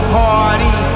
party